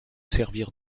servir